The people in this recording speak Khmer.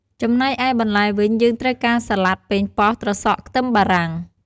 ចំណែកឯបន្លែវិញ យើងត្រូវការ សាឡាត់ ប៉េងប៉ោះ ត្រសក់ ខ្ទឹមបារាំង។